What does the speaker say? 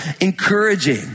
encouraging